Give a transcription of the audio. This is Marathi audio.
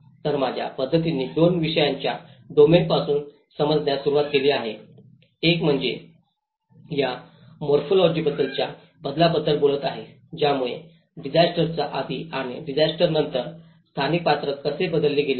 तर माझ्या पद्धतींनी दोन विषयांच्या डोमेनपासून समजण्यास सुरवात केली आहे एक म्हणजे या मॉर्फोलॉजीबद्दलच्या बदलाबद्दल बोलत आहे ज्यामुळे डिसास्टरच्या आधी आणि डिसास्टरनंतर स्थानिक पात्र कसे बदलले गेले आहे